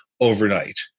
overnight